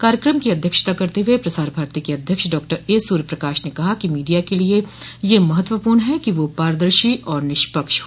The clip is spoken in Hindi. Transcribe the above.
कार्यक्रम की अध्यक्षता करते हुए प्रसार भारती के अध्यक्ष डॉ ए सूर्य प्रकाश ने कहा कि मीडिया के लिए यह महत्वपूर्ण है कि वह पारदर्शी और निष्पक्ष हो